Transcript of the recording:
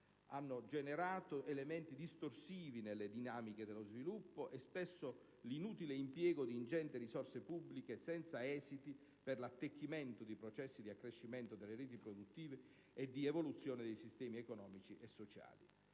ha generato elementi distorsivi nelle dinamiche dello sviluppo e spesso l'inutile impiego di ingenti risorse pubbliche senza esiti per l'attecchimento di processi di accrescimento delle reti produttive e di evoluzione dei sistemi economici e sociali.